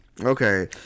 Okay